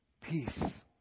peace